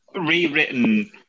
rewritten